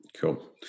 Cool